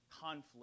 Conflict